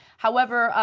however,